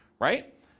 Right